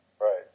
Right